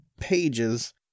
pages